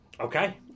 Okay